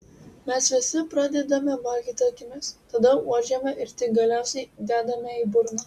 mes visi pradedame valgyti akimis tada uodžiame ir tik galiausiai dedame į burną